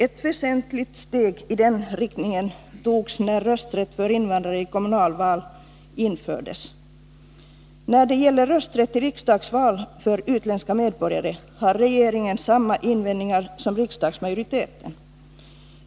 Ett väsentligt steg i den riktningen togs när rösträtt för invandrare i kommunala val infördes. När det gäller rösträtt i riksdagsval för utländska medborgare har regeringen samma invändningar som riksdagsmajoriteten.